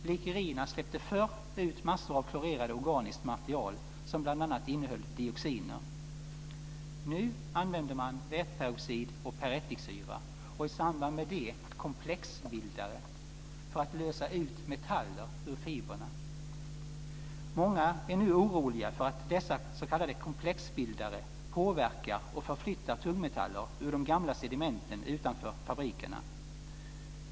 Blekerierna släppte förr ut massor av klorerat organiskt material som bl.a. Nu använder man väteperoxid och perättiksyra och i samband med dem komplexbildare för att lösa ut metaller ur fibrerna. Många är nu oroliga för att dessa s.k. komplexbildare påverkar och förflyttar tungmetaller ur de gamla sedimenten utanför fabrikerna.